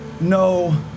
no